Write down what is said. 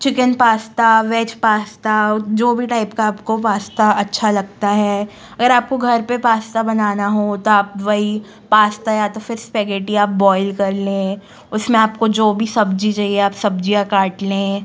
chicken pasta veg pasta जो भी type का आपको पास्ता अच्छा लगता है और आपको घर पर पास्ता बनाना हो तो आप वही पास्ता या तो फिर स्पेघेटी आप बॉईल कर लें उस में आपको जो भी सब्ज़ी चाहिए या आप सब्ज़ियाँ काट लें